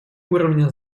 уровня